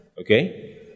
okay